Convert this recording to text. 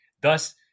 Thus